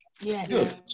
yes